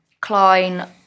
Klein